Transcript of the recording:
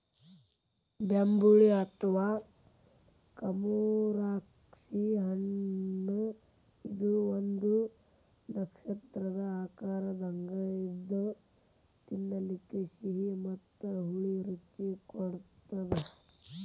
ಬೆಂಬುಳಿ ಅಥವಾ ಕಮರಾಕ್ಷಿ ಹಣ್ಣಇದು ಒಂದು ನಕ್ಷತ್ರದ ಆಕಾರದಂಗ ಇದ್ದು ತಿನ್ನಲಿಕ ಸಿಹಿ ಮತ್ತ ಹುಳಿ ರುಚಿ ಕೊಡತ್ತದ